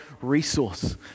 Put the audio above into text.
resource